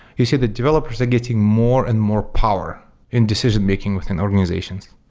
you see that developers are getting more and more power in decision making within organizations.